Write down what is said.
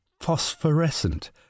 phosphorescent